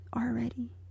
already